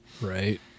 Right